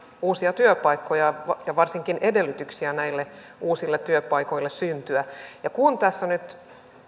uusia työpaikkoja ja varsinkin edellytyksiä näille uusille työpaikoille syntyä kun tässä nyt